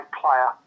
player